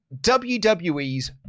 WWE's